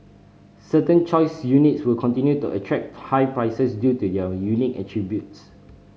certain choice units will continue to attract high prices due to their unique attributes